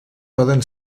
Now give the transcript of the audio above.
poden